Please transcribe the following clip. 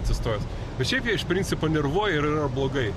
atsistojęs bet šiaip jie iš principo nervuoja ir yra blogai